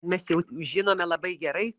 mes jau žinome labai gerai